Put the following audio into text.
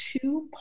two